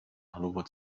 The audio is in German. hannover